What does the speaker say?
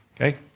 okay